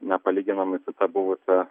nepalyginamai su ta buvusia